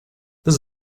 this